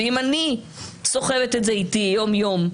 אם אני סוחבת את זה איתי יום-יום,